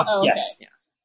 Yes